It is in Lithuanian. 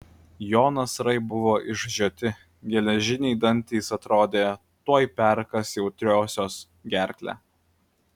jo nasrai buvo išžioti geležiniai dantys atrodė tuoj perkąs jautriosios gerklę